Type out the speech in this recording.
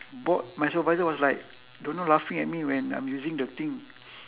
my supervisor was like don't know laughing at me when I'm using the thing